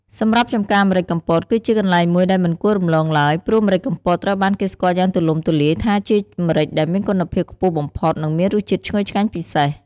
សម្រាប់ចម្ការម្រេចកំពត គឺជាកន្លែងមួយដែលមិនគួររំលងឡើយ ព្រោះម្រេចកំពតត្រូវបានគេស្គាល់យ៉ាងទូលំទូលាយថាជាម្រេចដែលមានគុណភាពខ្ពស់បំផុត និងមានរសជាតិឈ្ងុយឆ្ងាញ់ពិសេស។